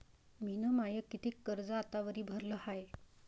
मिन माय कितीक कर्ज आतावरी भरलं हाय?